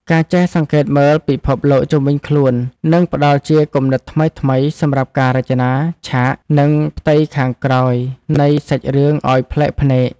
ការចេះសង្កេតមើលពិភពលោកជុំវិញខ្លួននឹងផ្តល់ជាគំនិតថ្មីៗសម្រាប់ការរចនាឆាក និង ផ្ទៃខាងក្រោយនៃសាច់រឿងឱ្យប្លែកភ្នែក។